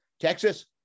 Texas